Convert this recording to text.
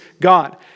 God